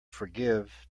forgive